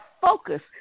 focus